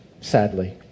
sadly